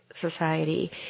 Society